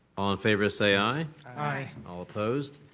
all in favor say aye. aye. all opposed.